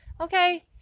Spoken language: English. okay